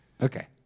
Okay